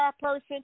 person